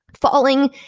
falling